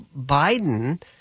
Biden